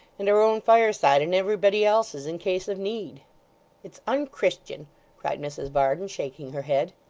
and our own fireside and everybody else's, in case of need it's unchristian cried mrs varden, shaking her head.